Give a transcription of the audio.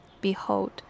behold